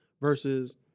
versus